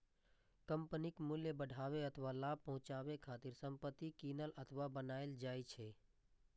कंपनीक मूल्य बढ़ाबै अथवा लाभ पहुंचाबै खातिर संपत्ति कीनल अथवा बनाएल जाइ छै